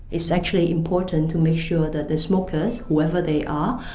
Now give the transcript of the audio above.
it's actually important to make sure that the smokers, whoever they are,